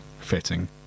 fitting